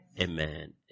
Amen